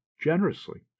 generously